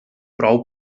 prou